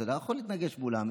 אתה לא יכול להתנגש מולם.